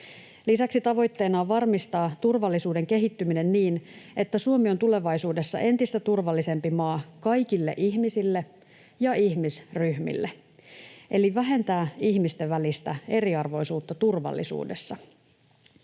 Lisäksi tavoitteena on varmistaa turvallisuuden kehittyminen niin, että Suomi on tulevaisuudessa entistä turvallisempi maa kaikille ihmisille ja ihmisryhmille, eli vähentää ihmisten välistä eriarvoisuutta turvallisuudessa.